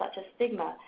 ah as stigma,